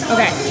Okay